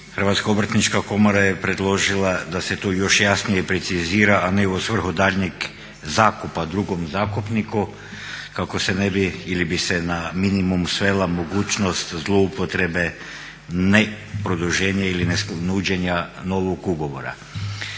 Hrvatska obrtnička komora je predložila da se to još jasnije precizira a ne u svrhu daljnjeg zakupa drugom zakupniku kako se ne bi ili bi se na minimum svela mogućnost zloupotrebe ne produženje ili ne nuđenja novog ugovora.